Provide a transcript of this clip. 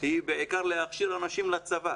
הן בעיקר לאפשר אנשים לצבא